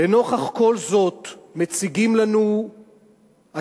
לנוכח כל זאת מציגים לנו הצהרת